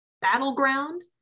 Battleground